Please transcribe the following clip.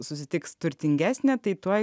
susitiks turtingesnę tai tuoj